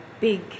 big